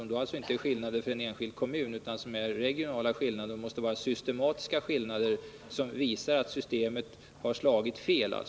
Det är alltså inte fråga om skillnader för en enskild kommun utan om regionala, systematiska skillnader som visar att systemet har slagit fel.